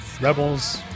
Rebels